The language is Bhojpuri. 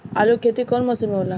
आलू के खेती कउन मौसम में होला?